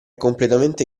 completamente